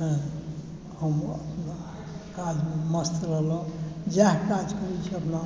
हम अपना काजमे मस्त रहलहुँ जएह काज करै छी अपना